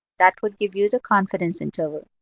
that would give you the confidence interval.